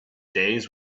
days